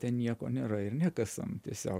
ten nieko nėra ir nekasam tiesiog